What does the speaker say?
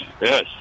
yes